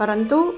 परन्तु